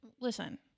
listen